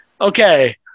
Okay